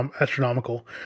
astronomical